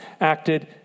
acted